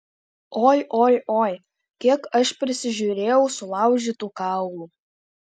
oi oi oi kiek aš prisižiūrėjau sulaužytų kaulų